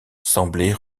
semblait